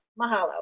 Mahalo